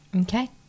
Okay